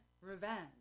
revenge